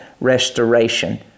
restoration